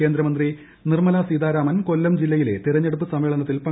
കേന്ദ്രമന്ത്രി നിർമ്മലാസീതാരാമൻ കൊല്ലം ജില്ലയിലെ തെരഞ്ഞെടുപ്പ് സമ്മേളനത്തിൽ പങ്കെടുക്കും